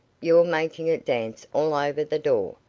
you're making it dance all over the door.